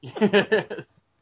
yes